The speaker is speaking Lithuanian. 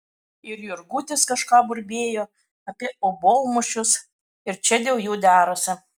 ir jurgutis kažką burbėjo apie obuolmušius ir čia dėl jų derasi